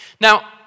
Now